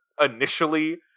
initially